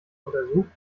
untersucht